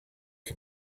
can